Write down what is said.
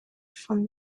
from